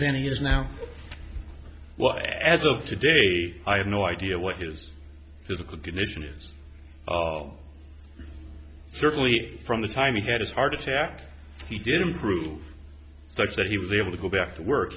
many years now well as of today i have no idea what his physical condition is certainly from the time he had a heart attack he did improve such that he was able to go back to work